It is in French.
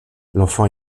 l’enfant